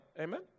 Amen